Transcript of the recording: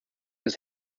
his